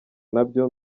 nabyo